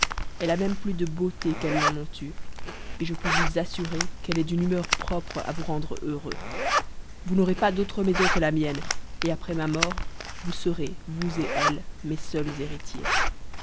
elle a même plus de beauté qu'elles n'en ont eu et je puis vous assurer qu'elle est d'une humeur propre à vous rendre heureux vous n'aurez pas d'autre maison que la mienne et après ma mort vous serez vous et elle mes seuls héritiers